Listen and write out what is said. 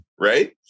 right